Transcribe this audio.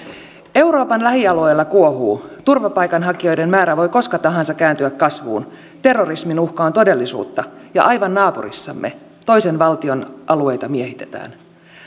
euroopan lähialueilla kuohuu turvapaikanhakijoiden määrä voi koska tahansa kääntyä kasvuun terrorismin uhka on todellisuutta ja aivan naapurissamme toisen valtion alueita miehitetään